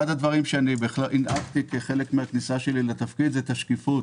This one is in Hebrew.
אחד הדברים שהנהגתי כחלק מן הכניסה שלי לתפקיד זה שקיפות.